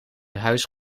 huis